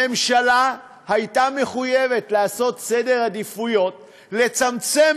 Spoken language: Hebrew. הממשלה הייתה מחויבת לעשות סדר עדיפויות לצמצם